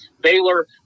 Baylor